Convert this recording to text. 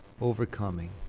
overcoming